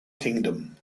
kingdom